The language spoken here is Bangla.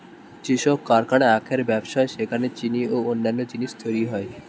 যেসব কারখানায় আখের ব্যবসা হয় সেখানে চিনি ও অন্যান্য জিনিস তৈরি হয়